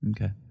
okay